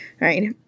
right